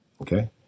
okay